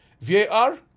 VAR